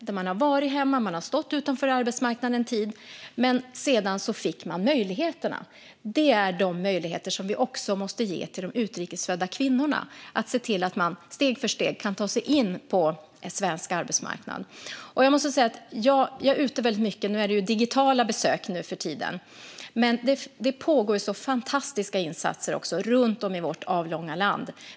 De har varit hemma och har stått utanför arbetsmarknaden en tid. Men sedan fick de möjligheterna. Det är de möjligheter som vi också måste ge till de utrikes födda kvinnorna. Det handlar om att se till att de steg för steg kan ta sig in på svensk arbetsmarknad. Jag är ute på besök väldigt mycket. Nu för tiden är det digitala besök. Det pågår fantastiska insatser runt om i vårt avlånga land.